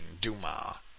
Duma